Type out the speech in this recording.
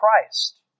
Christ